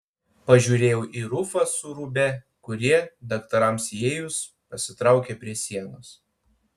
pažiūrėjau į rufą su rūbe kurie daktarams įėjus pasitraukė prie sienos